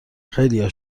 خیلیا